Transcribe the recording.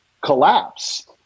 collapse